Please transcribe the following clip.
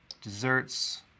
desserts